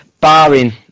barring